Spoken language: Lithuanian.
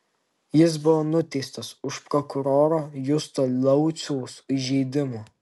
jis buvo nuteistas už prokuroro justo lauciaus įžeidimo